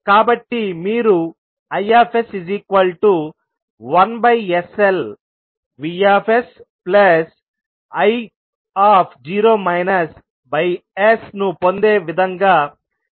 కాబట్టి మీరు Is1sLVsisను పొందే విధంగా సమీకరణాన్ని మార్చండి